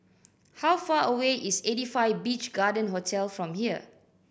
how far away is Eighty Five Beach Garden Hotel from here